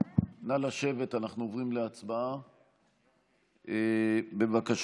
אנחנו עוברים להצבעה, בבקשה.